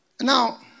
Now